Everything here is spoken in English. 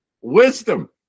wisdom